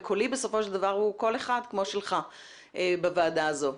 וקולי בסופו של דבר הוא קול אחד כמו שלך בוועדה הזאת.